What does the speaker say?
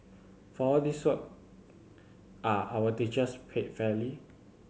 for all this work are our teachers paid fairly